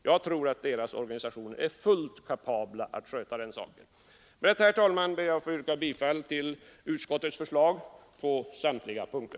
De anställdas organisationer är säkerligen fullt kapabla att sköta den saken. Med detta, herr talman, ber jag att få yrka bifall till utskottets förslag på samtliga punkter.